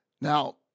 Now